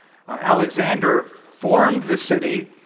alexander formed the city,